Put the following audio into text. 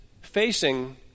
facing